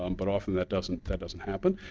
um but often that doesn't that doesn't happen.